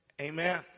Amen